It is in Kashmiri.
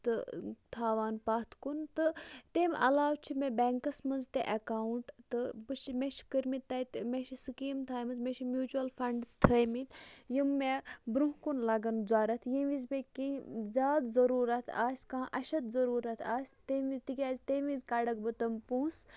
تہٕ تھاوان پَتھ کُن تہٕ تَمہِ علاوٕ چھُ مےٚ بینکَس منٛز تہِ ایکاوُنٹ تہٕ بہٕ چھِ مےٚ چہِ کٔرۍ مٕتۍ تَتہِ مےٚ چھِ سِکیٖم تھاے مَژٕ مےٚ چھ میوٗچوَل فَنڈٕس تھٲے مٕتۍ یِم مےٚ برونہہ کُن لگن ضوٚرتھ ییٚمہِ وِزِ مےٚ کیٚنہہ زیادٕ ضروٗرت آسہِ کانہہ اَشد ضروٗرت آسہِ تَمہِ وِزِ تِکیازِ تمہِ وِزِ کَڑکھ بہٕ تم پونسہٕ